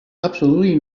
absolutely